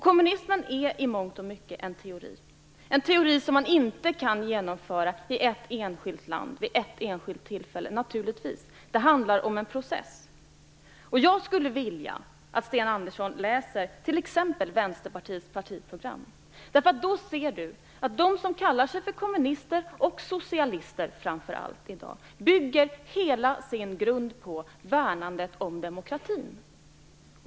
Kommunismen är i mångt och mycket en teori, som naturligtvis inte kan genomföras i ett enskilt land vid ett enskilt tillfälle. Det handlar om en process. Jag skulle vilja att Sten Andersson läste t.ex. Vänsterpartiets partiprogram. Då ser han att de som kallar sig för kommunister och framför allt socialister bygger det hela på värnandet om demokratin.